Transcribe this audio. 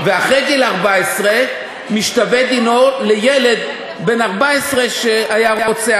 אחרי גיל 14 משתווה דינו לדין ילד בן 14 שרצח